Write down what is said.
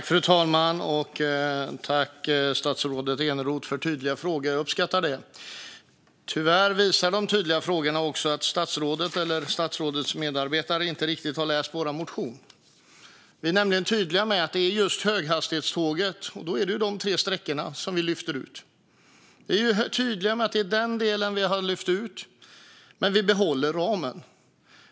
Fru talman! Tack, statsrådet Eneroth, för tydliga frågor! Jag uppskattar det. Tyvärr visar de tydliga frågorna också att statsrådet eller statsrådets medarbetare inte riktigt har läst vår motion. Vi är nämligen tydliga med att det är just höghastighetståget - och då är det de tre sträckorna - som vi lyfter ut. Vi är tydliga med att det är den delen vi lyfter ut, men vi behåller ramen.